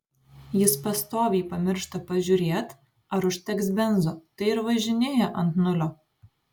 jis pastoviai pamiršta pažiūrėt ar užteks benzo tai ir važinėja ant nulio